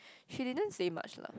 she didn't say much lah